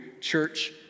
church